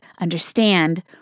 understand